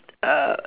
err